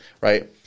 right